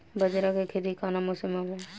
बाजरा के खेती कवना मौसम मे होला?